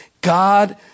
God